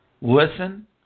Listen